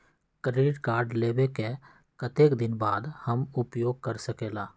Credit card लेबे के कतेक दिन बाद हम उपयोग कर सकेला?